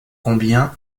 combien